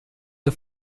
der